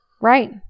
Right